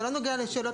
זה לא נוגע לשאלות.